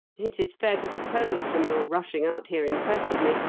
it is fair to suppose, from your rushing out here in quest of me,